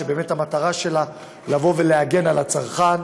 שבאמת המטרה שלה היא ולהגן על הצרכן.